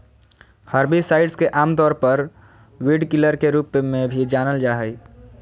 herbicides के आमतौर पर वीडकिलर के रूप में भी जानल जा हइ